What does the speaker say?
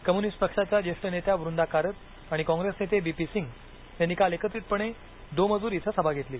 communist पक्षाच्या ज्येष्ठ नेत्या वृंदा कारत आणि कॉंग्रेस नेते बी पी सिंग यांनी काल एकत्रितपणे दोमजूर इथं सभा घेतली